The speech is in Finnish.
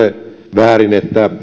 väärin että